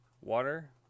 water